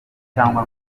cyangwa